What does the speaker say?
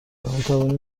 میتوانیم